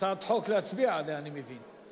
הצעת חוק, להצביע עליה אני מבין.